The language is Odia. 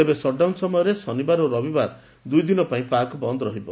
ତେବେ ସଟ୍ଡାଉନ୍ ସମୟରେ ଶନିବାର ଓ ରବିବାର ଦୁଇଦିନ ପାଇଁ ପାର୍କ ବନ୍ଦ ରହିବ